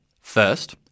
First